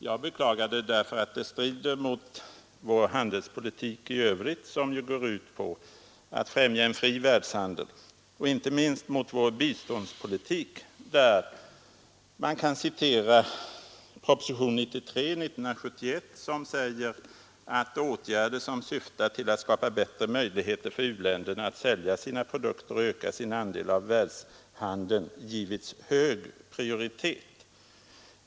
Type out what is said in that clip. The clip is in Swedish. Jag beklagar det därför att det litet strider mot vår handelspolitik i övrigt, som ju går ut på att främja en fri världshandel, och inte minst mot vår biståndspolitik, där man kan citera propositionen 1971:93, som säger att ”åtgärder som syftar till att skapa bättra möjligheter för u-länderna att sälja sina produkter och öka sin andel av världshandeln givits hög prioritet”.